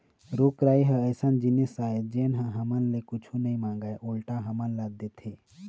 रूख राई ह अइसन जिनिस आय जेन ह हमर ले कुछु नइ मांगय उल्टा हमन ल देथे